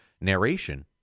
narration